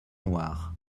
noires